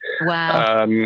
Wow